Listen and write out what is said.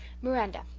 miranda,